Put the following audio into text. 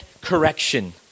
correction